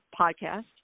podcast